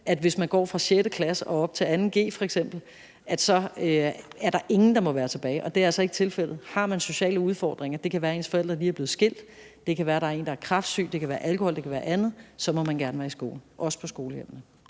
at hvis man går fra 6. klasse og op til 2. g, er der ingen, der må være tilbage, og det er altså ikke tilfældet. Har man sociale udfordringer – det kan være, ens forældre lige er blevet skilt; det kan være, der er en, der er kræftsyg; det kan være alkohol; det kan være andet – så må man gerne være i skole, også på skolehjemmene.